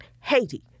Haiti